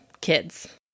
kids